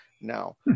now